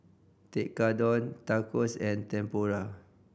Tekkadon Tacos and Tempura